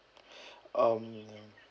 um